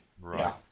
Right